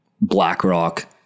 BlackRock